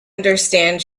understand